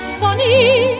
sunny